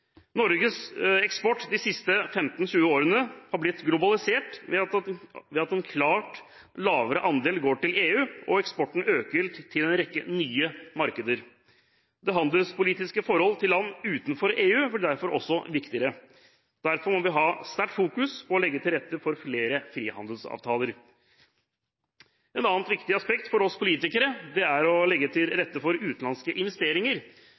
Norges eksport de siste 15–20 årene har blitt globalisert ved at en klart lavere andel går til EU, og eksporten øker til en rekke nye markeder. Det handelspolitiske forholdet til land utenfor EU blir derfor viktigere. Derfor må vi ha et sterkt fokus på å legge til rette for flere frihandelsavtaler. Et annet viktig aspekt for oss politikere er å legge til rette for utenlandske investeringer,